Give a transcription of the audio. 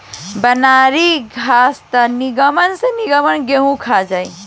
बनरी घास त निमन से निमन गेंहू के खा जाई